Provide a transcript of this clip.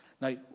Now